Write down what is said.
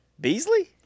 beasley